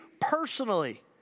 personally